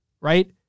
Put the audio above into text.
right